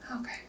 Okay